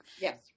Yes